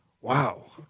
Wow